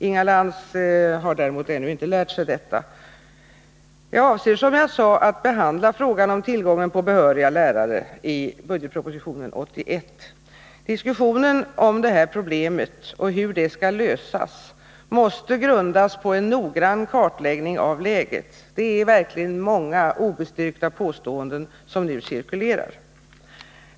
Inga Lantz har däremot ännu inte lärt sig detta. Jag avser, som jag sade, att behandla frågan om tillgången på behöriga lärare i budgetpropositionen 1981. Diskussionen om det här problemet och hur det skall lösas måste grundas på en noggrann kartläggning av läget. Det är verkligen många obestyrkta påståenden som nu cirkulerar.